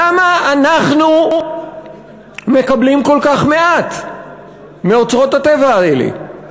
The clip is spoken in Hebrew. למה אנחנו מקבלים כל כך מעט מאוצרות הטבע האלה,